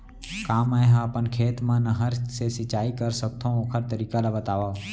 का मै ह अपन खेत मा नहर से सिंचाई कर सकथो, ओखर तरीका ला बतावव?